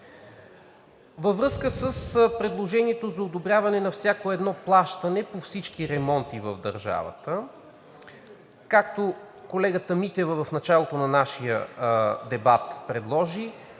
Във връзка с предложението за одобряване на всяко едно плащане по всички ремонти в държавата, както колегата Митева в началото на нашия дебат предложи,